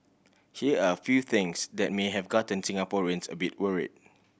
here are a few things that may have gotten Singaporeans a bit worried